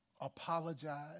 apologize